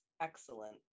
excellent